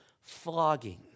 flogging